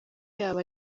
yabo